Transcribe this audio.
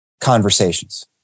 conversations